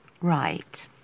right